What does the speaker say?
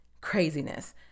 Craziness